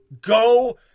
go